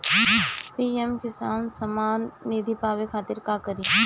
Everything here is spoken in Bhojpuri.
पी.एम किसान समान निधी पावे खातिर का करी?